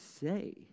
say